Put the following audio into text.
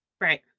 Right